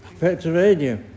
Pennsylvania